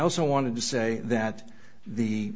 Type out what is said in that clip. also wanted to say that the